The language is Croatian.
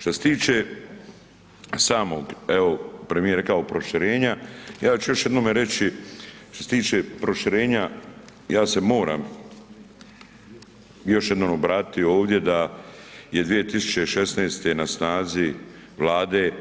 Što se tiče samog, evo premijer je rekao proširenja, ja ću još jednome reći, što se tiče proširenja, ja se moram još jednom obratiti ovdje da je 2016. na snazi Vlade,